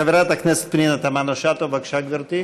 חברת הכנסת פנינה תמנו שטה, בבקשה, גברתי.